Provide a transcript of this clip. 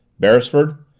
beresford,